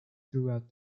throughout